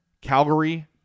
Calgary